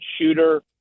shooter